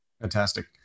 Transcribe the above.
Fantastic